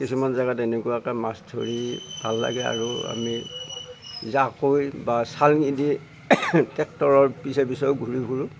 কিছুমান জেগাত এনেকুৱাকৈ মাছ ধৰি ভাল লাগে আৰু আমি জাকৈ বা চাঙী দি ট্ৰেক্টৰৰ পিছে পিছেও ঘূৰি ফুৰোঁ